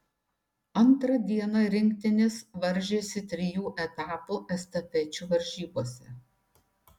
antrą dieną rinktinės varžėsi trijų etapų estafečių varžybose